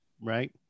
Right